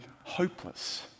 hopeless